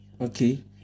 Okay